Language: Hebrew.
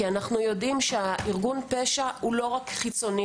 כי אנחנו יודעים שארגון הפשע הוא לא רק חיצוני,